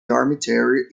dormitory